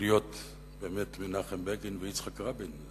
ולהיות באמת מנחם בגין ויצחק רבין.